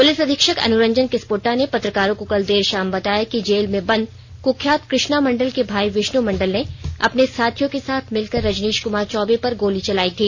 police अधीक्षक अनुरंजन किस्पोट्टा ने पत्रकारों को कल देर शाम बताया कि जेल में बंद कुख्यात कृष्णा मंडल के माई विष्णू मंडल ने अपने साथियों के साथ मिलकर गोली चलाई थी